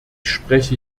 spreche